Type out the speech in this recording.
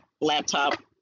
laptop